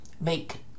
make